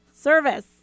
service